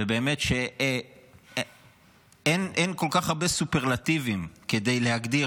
ובאמת שאין כל כך הרבה סופרלטיבים כדי להגדיר